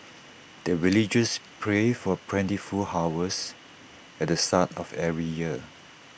the villagers pray for plentiful harvest at the start of every year